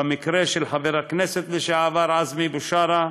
במקרה של חבר הכנסת לשעבר עזמי בשארה,